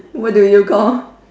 what do you call